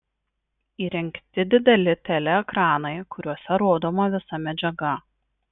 įrengti dideli teleekranai kuriuose rodoma visa medžiaga